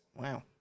Wow